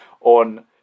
on